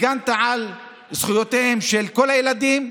הגנת על זכויותיהם של כל הילדים,